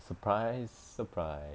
surprise surprise